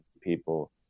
people